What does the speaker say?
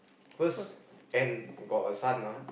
first and got a son ah